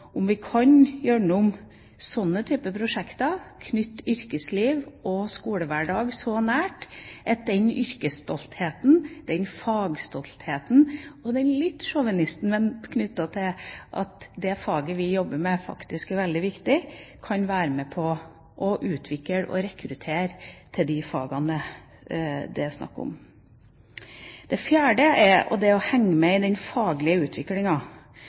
om vi gjennom slike typer prosjekter kan knytte yrkesliv og skolehverdag så nær hverandre at yrkesstolthet, fagstolthet og litt sjåvinisme i forbindelse med det faget vi jobber med, kan være med på å utvikle og rekruttere til de fagene det er snakk om. Det fjerde er å henge med i den faglige